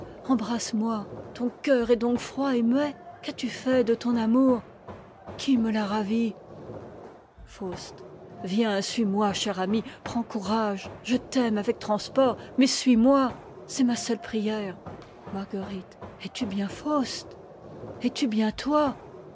embrasse-moi ton cœur est donc froid et muet qu'as-tu fait de ton amour qui me l'a ravi k viens suis-moi chère amie prends courage je t'aime avec transport mais suis-moi c'est ma seule prière k es-tu bien faust es-tu bien toi